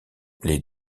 les